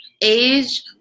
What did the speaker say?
age